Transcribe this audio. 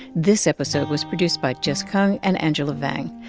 this episode was produced by jess kung and angela vang.